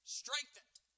strengthened